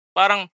parang